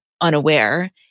unaware